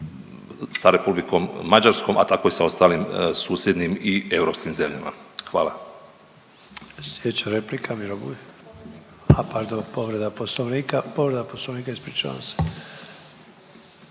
sa Republikom Mađarskom, a tako i sa ostalim susjednim i europskim zemljama. Hvala.